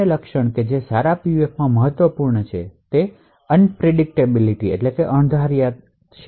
અન્ય લક્ષણ કે જે સારા પીયુએફમાં મહત્વપૂર્ણ છે તે અણધારી છે